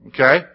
Okay